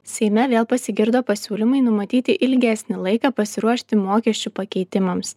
seime vėl pasigirdo pasiūlymai numatyti ilgesnį laiką pasiruošti mokesčių pakeitimams